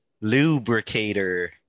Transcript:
lubricator